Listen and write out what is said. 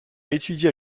étudié